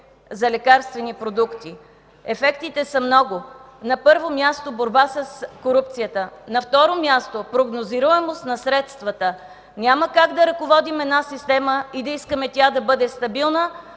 за лекарствени продукти. Ефектите са много: на първо място, борба с корупцията; на второ място, прогнозируемост на средствата. Няма как да ръководим една система и да искаме тя да бъде стабилна,